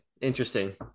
interesting